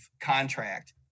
contract